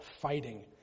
fighting